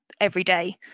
everyday